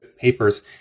papers